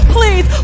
Please